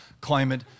climate